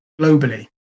globally